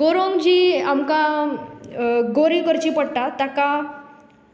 गरोवंक जी आमकां गरयो करची पडटा ताका